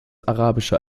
arabische